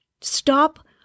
Stop